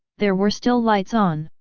there were still lights on.